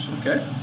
Okay